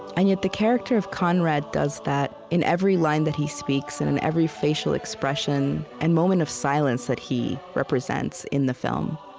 and yet the character of conrad does that in every line that he speaks and in every facial expression and moment of silence that he represents in the film